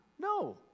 no